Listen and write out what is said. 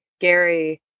Gary